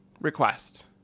request